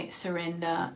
surrender